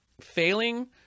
failing